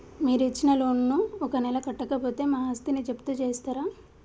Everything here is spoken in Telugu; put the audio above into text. మీరు ఇచ్చిన లోన్ ను ఒక నెల కట్టకపోతే మా ఆస్తిని జప్తు చేస్తరా?